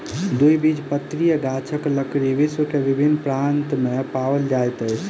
द्विबीजपत्री गाछक लकड़ी विश्व के विभिन्न प्रान्त में पाओल जाइत अछि